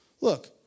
Look